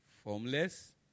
Formless